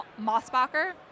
Mossbacher